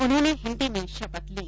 उन्होंने हिन्दी में शपथ ली